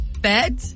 Bed